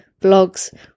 blogs